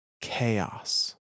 chaos